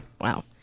Wow